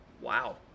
wow